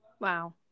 Wow